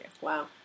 Wow